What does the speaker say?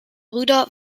brüder